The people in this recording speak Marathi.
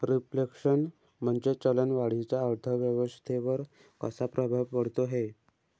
रिफ्लेशन म्हणजे चलन वाढीचा अर्थव्यवस्थेवर कसा प्रभाव पडतो है?